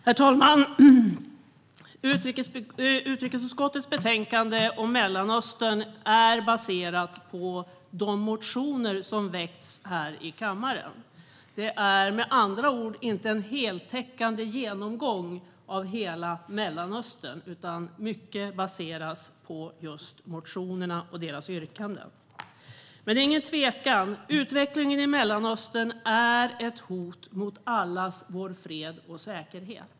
Herr talman! Utrikesutskottets betänkande om Mellanöstern och Nordafrika är baserat på de motioner som har väckts i kammaren. Det är med andra ord inte en heltäckande genomgång av hela Mellanöstern, utan mycket baseras på just motionerna och deras yrkanden. Det är ingen tvekan om att utvecklingen i Mellanöstern är ett hot mot allas vår fred och säkerhet.